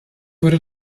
wurde